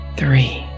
three